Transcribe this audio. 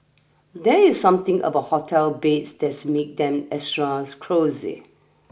there is something about a hotel beds that make them extra cosy